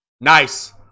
Nice